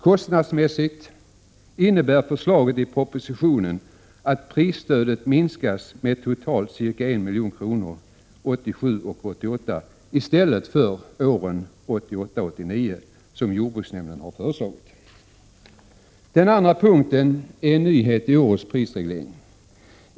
Kostnadsmässigt innebär förslaget i propositionen att prisstödet minskas med totalt ca 1 milj.kr. 1987 89 som jordbruksnämnden har föreslagit. Den andra punkten är en nyhet i årets prisreglering.